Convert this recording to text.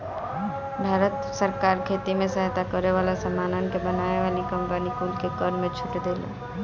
भारत सरकार खेती में सहायता करे वाला सामानन के बनावे वाली कंपनी कुल के कर में छूट देले